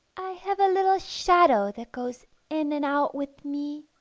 i have a little shadow that goes in and out with me,